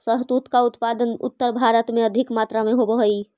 शहतूत का उत्पादन उत्तर भारत में अधिक मात्रा में होवअ हई